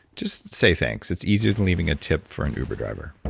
just say thanks. it's easier than leaving a tip for an uber driver.